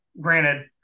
granted